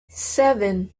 seven